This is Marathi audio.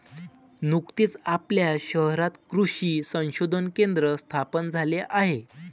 नुकतेच आपल्या शहरात कृषी संशोधन केंद्र स्थापन झाले आहे